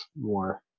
more